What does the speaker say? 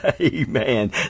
amen